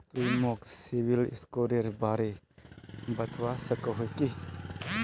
तुई मोक सिबिल स्कोरेर बारे बतवा सकोहिस कि?